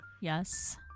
yes